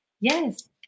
yes